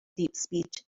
deepspeech